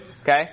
Okay